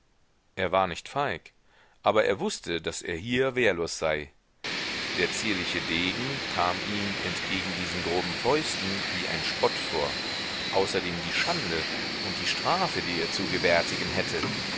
er war nicht feig aber er wußte daß er hier wehrlos sei der zierliche degen kam ihm entgegen diesen groben fäusten wie ein spott vor außerdem die schande und die strafe die er zu gewärtigen hätte